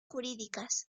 jurídicas